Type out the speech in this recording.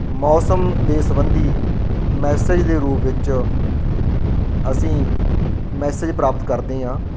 ਮੌਸਮ ਦੇ ਸੰਬੰਧੀ ਮੈਸੇਜ ਦੇ ਰੂਪ ਵਿੱਚ ਅਸੀਂ ਮੈਸੇਜ ਪ੍ਰਾਪਤ ਕਰਦੇ ਹਾਂ